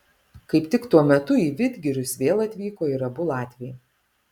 kaip tik tuo metu į vidgirius vėl atvyko ir abu latviai